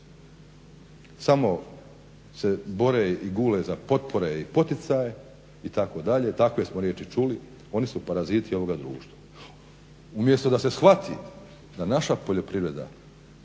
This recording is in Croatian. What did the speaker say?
samo se bore i gule za potpore i poticaje itd., takve smo riječi čuli, oni su paraziti ovoga društva. Umjesto da se shvati da naša poljoprivreda